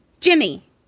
Jimmy